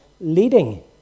leading